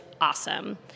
awesome